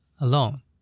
alone